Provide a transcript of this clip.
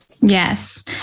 Yes